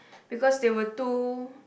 because they were too